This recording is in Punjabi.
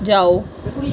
ਜਾਓ